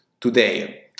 today